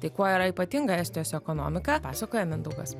tai kuo yra ypatinga estijos ekonomika pasakoja mindaugas